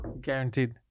guaranteed